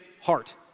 heart